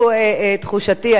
אבל, סלח לי, זו תחושתי האישית.